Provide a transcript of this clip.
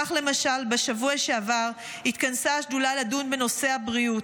כך למשל בשבוע שעבר התכנסה השדולה לדון בנושא הבריאות,